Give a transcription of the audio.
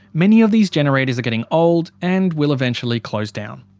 many of these generators are getting old and will eventually close down.